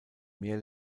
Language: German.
mehr